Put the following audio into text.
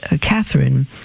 Catherine